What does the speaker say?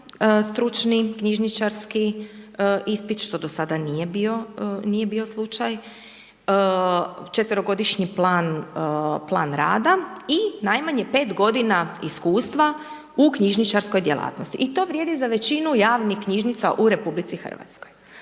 stručni knjižničarski ispit, što do sada nije bio slučaj, četverogodišnji plan rada i najmanje 5 godina iskustva u knjižničarskoj djelatnosti i to vrijedi za većinu javnih knjižnica u RH. E sad, kod